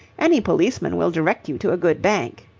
any policeman will direct you to a good bank.